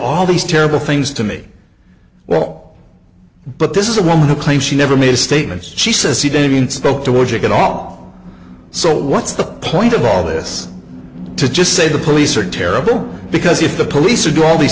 all these terrible things to me well but this is a woman who claims she never made statements she says he damien spoke to watch it all so what's the point of all this to just say the police are terrible because if the police are do all these